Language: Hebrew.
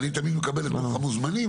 ואני תמיד מקבל את דוח המוזמנים,